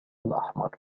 الأحمر